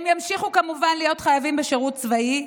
הם ימשיכו כמובן להיות חייבים בשירות צבאי,